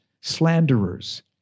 slanderers